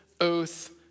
oath